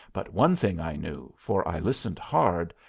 but one thing i knew, for i listened hard,